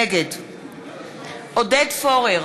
נגד עודד פורר,